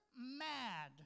mad